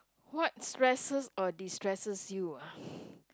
what stresses or destresses you ah